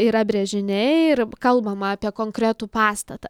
yra brėžiniai ir kalbama apie konkretų pastatą